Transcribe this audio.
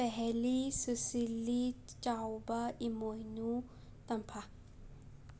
ꯄꯍꯦꯂꯤ ꯁꯤꯁꯤꯂꯤ ꯆꯥꯎꯕ ꯏꯃꯣꯏꯅꯨ ꯇꯝꯐꯥ